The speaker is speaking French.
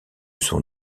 son